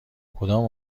کدام